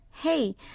Hey